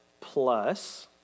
Plus